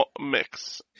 mix